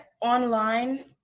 online